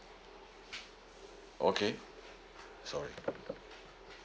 okay sorry